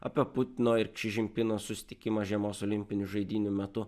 apie putino ir čižinpino susitikimą žiemos olimpinių žaidynių metu